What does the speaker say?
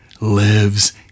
lives